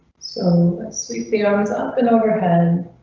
so sweetly arms up in overhead.